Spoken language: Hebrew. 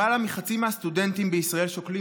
למעלה מחצי מהסטודנטים בישראל שוקלים